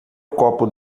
copo